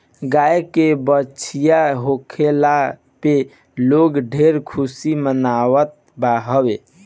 गाई के बाछी होखला पे लोग ढेर खुशी मनावत हवे